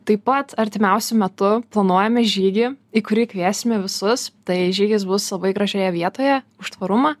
taip pat artimiausiu metu planuojame žygį į kurį kviesime visus tai žygis bus labai gražioje vietoje už tvarumą